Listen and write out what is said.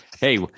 Hey